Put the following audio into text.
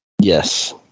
Yes